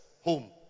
home